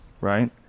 right